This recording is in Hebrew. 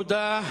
תודה.